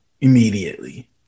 immediately